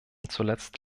zuletzt